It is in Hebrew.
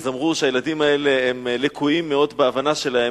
אמרו שהילדים האלה לקויים מאוד בהבנה שלהם,